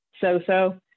so-so